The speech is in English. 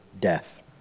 death